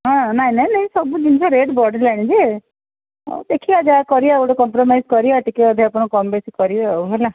ହଁ ନାଇଁ ନାଇଁ ନାଇଁ ସବୁ ଜିନିଷ ରେଟ୍ ବଢ଼ିଲାଣି ଯେ ହଉ ଦେଖିବା ଯାହା କରିବା ଗୋଟେ କମ୍ପ୍ରମାଇଜ୍ କରିବା ଟିକେ ଅଧିକା କ'ଣ କମ୍ ବେଶୀ କରିବେ ଆଉ ହେଲା